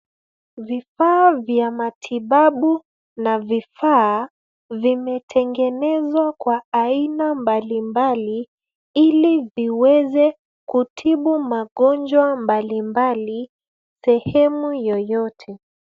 Vifaa vya matibabu na vifaa vimetengenezwa kwa aina mbalimbali ili viweze kutibu magonjwa mbalimbali sehemu yeyote.